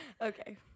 Okay